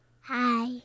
Hi